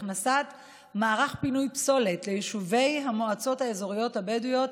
והכנסת מערך פינוי פסולת ליישובי המועצות האזוריות הבדואיות,